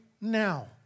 now